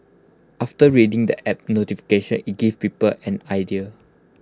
after reading the app notification IT gives people an idea